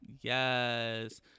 Yes